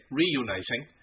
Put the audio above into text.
reuniting